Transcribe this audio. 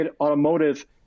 automotive